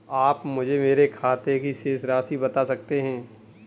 आप मुझे मेरे खाते की शेष राशि बता सकते हैं?